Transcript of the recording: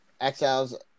Exiles